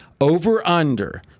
over-under